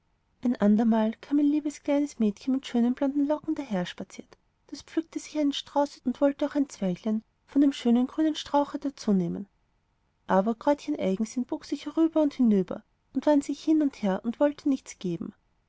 ein andermal kam ein liebes kleines mädchen mit schönen blonden locken daherspaziert das pflückte sich einen strauß und wollte auch ein zweiglein von dem schönen grünen strauche dazunehmen aber kräutchen eigensinn bog sich herüber und hinüber wand sich hin und her und wollte nichts geben